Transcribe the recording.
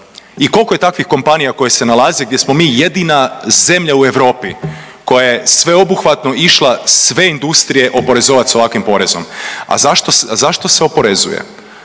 I koliko je takvih kompanija koje se nalaze gdje smo mi jedina zemlja u Europi koja je sveobuhvatno išla sve industrije oporezovati sa ovakvim porezom? A zašto se oporezuje?